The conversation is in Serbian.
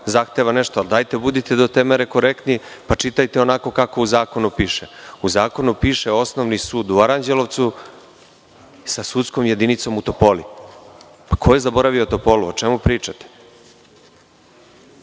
zahteva nešto, ali budite do te mere korektni pa čitajte onako kako u zakonu piše. U zakonu piše – osnovni sud u Aranđelovcu sa sudskom jedinicom u Topoli. Ko je zaboravio Topolu? O čemu pričate?